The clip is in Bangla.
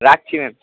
রাখছি ম্যাম আচ্ছা